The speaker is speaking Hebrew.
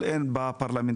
אבל אין בה פרלמנטרים.